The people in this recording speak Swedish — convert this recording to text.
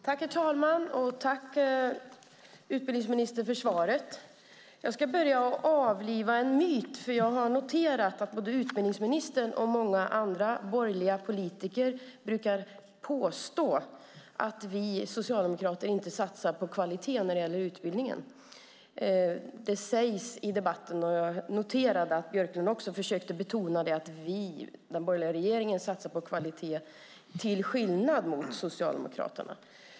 Herr talman! Tack, utbildningsministern, för svaret! Jag ska börja med att avliva en myt. Jag har noterat att både utbildningsministern och många andra borgerliga politiker brukar påstå att vi socialdemokrater inte satsar på kvalitet när det gäller utbildningen. Det sägs i debatten och jag noterade också att Björklund försökte betona att den borgerliga regeringen satsar på kvalitet till skillnad mot Socialdemokraterna.